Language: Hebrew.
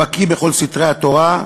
הבקי בכל סתרי התורה,